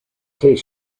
tastes